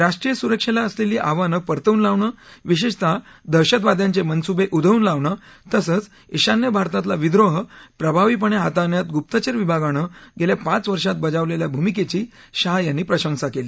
राष्ट्रीय सुरक्षेला असलेली आव्हानं परतवून लावणं विशेषतः दहशतवाद्यांचे मनसुबे उधळून लावणं तसंच ईशान्य भारतातला विद्रोह प्रभावीपणे हाताळण्यात गुप्तचर विभागानं गेल्या पाच वर्षांत बजावलेल्या भूमिकेची शाह यांनी प्रशंसा केली